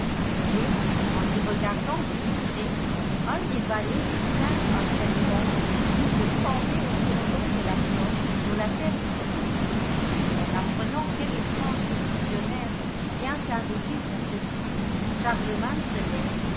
mais en y regardant de plus près un des valets distingue un serpent qui se suspendait au cordon de la cloche pour la faire vibrer en apprenant quel étrange pétitionnaire vient invoquer son secours charlemagne se lève